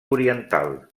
oriental